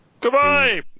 Goodbye